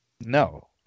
No